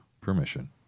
permission